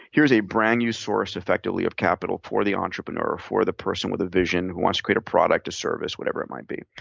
here's a brand new source, effectively, of capital for the entrepreneur, for the person with a vision who wants to create a product, a service, whatever it might be.